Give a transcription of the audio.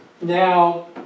now